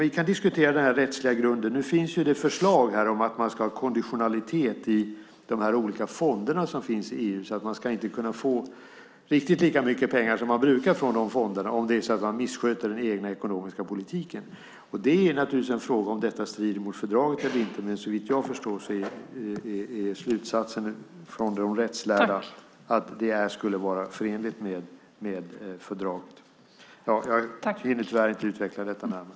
Vi kan diskutera den rättsliga grunden. Nu finns förslag om att man ska ha konditionalitet i de här olika fonderna som finns i EU så att man inte ska kunna få riktigt lika mycket pengar som man brukar från dessa fonder om man missköter den egna ekonomiska politiken. Det är naturligtvis en fråga om detta strider mot fördraget eller inte, men såvitt jag förstår är slutsatsen från de rättslärda att det skulle vara förenligt med fördraget. Jag hinner tyvärr inte utveckla detta närmare.